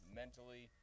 mentally